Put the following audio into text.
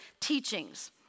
teachings